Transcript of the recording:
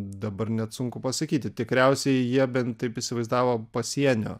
dabar net sunku pasakyti tikriausiai jie bent taip įsivaizdavo pasienio